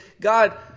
God